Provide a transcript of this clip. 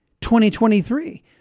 2023